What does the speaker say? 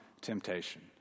temptation